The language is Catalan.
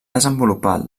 desenvolupat